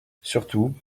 surtout